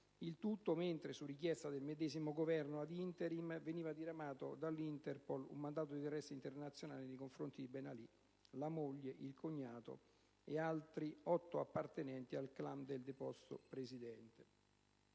Il tutto mentre, su richiesta del Governo *ad interim*, veniva diramato dall'Interpol un mandato di arresto internazionale nei confronti di Ben Ali, la moglie, il cognato e altri otto appartenenti al *clan* del deposto Presidente.